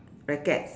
racket